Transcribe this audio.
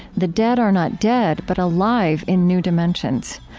the dead are not dead, but alive in new dimensions.